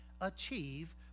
achieve